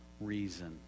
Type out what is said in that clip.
reason